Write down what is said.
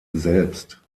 selbst